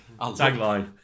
Tagline